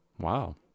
Wow